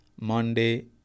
Monday